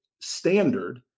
standard